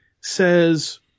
says